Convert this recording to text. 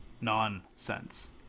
nonsense